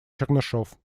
чернышев